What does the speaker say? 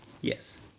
Yes